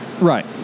Right